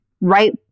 right